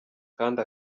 kandi